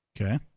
Okay